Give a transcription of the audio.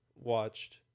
watched